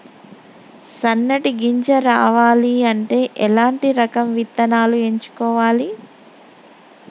సన్నటి గింజ రావాలి అంటే ఎలాంటి రకం విత్తనాలు ఎంచుకోవాలి?